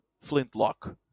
Flintlock